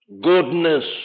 goodness